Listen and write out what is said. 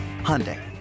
Hyundai